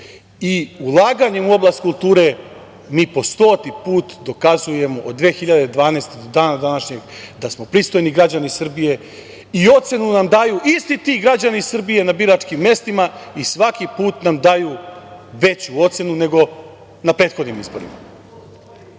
Ulaganjem u oblast kulture mi po stoti put dokazujemo, od 2012. godine do dana današnjeg, da smo pristojni građani Srbije i ocenu nam daju isti ti građani Srbije na biračkim mestima i svaki put nam daju veću ocenu nego na prethodnim izborima. Kad